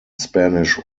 spanish